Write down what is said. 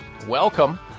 Welcome